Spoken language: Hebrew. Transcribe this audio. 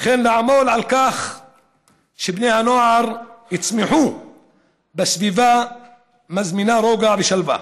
וכן לעמול על כך שבני הנוער יצמחו בסביבה המזמינה רוגע ושלווה.